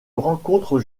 rencontre